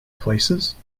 places